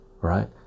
right